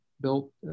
built